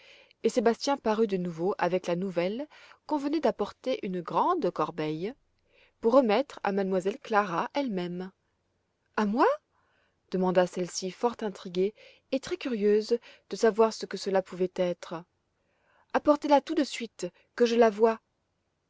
et sébastien parut de nouveau avec la nouvelle qu'on venait d'apporter une grande corbeille pour remettre à m elle clara elle-même a moi demanda celle-ci fort intriguée et très curieuse de savoir ce que cela pouvait être apportez la tout de suite que je la voie